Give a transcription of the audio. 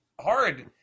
hard